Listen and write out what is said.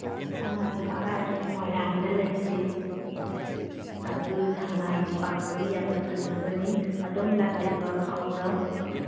ꯁꯉꯥꯏ ꯄꯥꯛ ꯍꯥꯏꯁꯤ ꯃꯣꯏꯔꯥꯡꯗ ꯂꯩꯖꯩ ꯑꯗꯨ ꯁꯉꯥꯏ ꯄꯥꯛꯇꯨ ꯌꯥꯝꯅ ꯐꯖꯕꯅꯤ ꯑꯗꯣꯝ ꯂꯥꯛꯅꯤꯡꯕ ꯐꯥꯎꯕ꯭ꯔꯣ